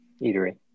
eatery